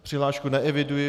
Přihlášku neeviduji.